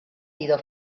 sido